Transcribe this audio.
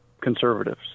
conservatives